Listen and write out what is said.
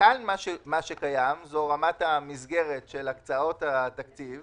מה שקיים כאן זה רמת המסגרת של הקצאות התקציב